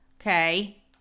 okay